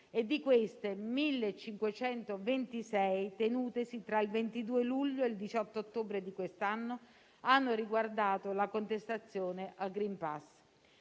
e di queste 1.526, tenutesi tra il 22 luglio e il 18 ottobre di quest'anno, hanno riguardato la contestazione al *green pass.*